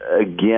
again